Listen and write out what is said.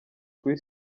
kuri